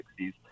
1960s